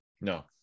No